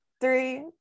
Three